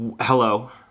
Hello